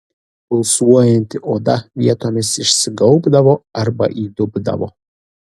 pulsuojanti oda vietomis išsigaubdavo arba įdubdavo